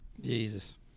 Jesus